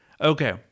Okay